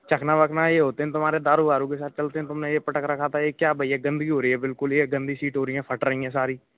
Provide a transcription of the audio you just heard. चखना वखना यह उस दिन तुम्हारे दारू वारु के साथ कल फिर तुमने यह पटक रखा था यह क्या भैया गंदगी हो रही है बिल्कुल यह गंदी सीट हो रही है फट रही हैं सारी